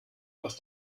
was